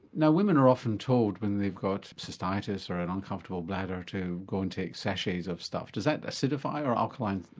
now women are often told when they've got cystitis or an uncomfortable bladder to go and take sachets of stuff does that acidify or alkalinize?